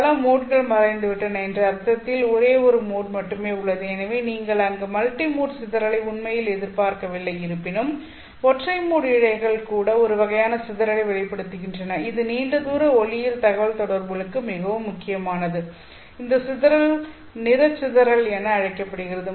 பல மோட்கள் மறைந்துவிட்டன என்ற அர்த்தத்தில் ஒரே ஒரு மோட் மட்டுமே உள்ளது எனவே நீங்கள் அங்கு மல்டிமோட் சிதறலை உண்மையில் எதிர்பார்க்கவில்லை இருப்பினும் ஒற்றை மோட் இழைகள் கூட ஒரு வகையான சிதறலை வெளிப்படுத்துகின்றன இது நீண்ட தூர ஒளியியல் தகவல்தொடர்புகளுக்கு மிகவும் முக்கியமானது இந்த சிதறல் நிற சிதறல் என அழைக்கப்படுகிறது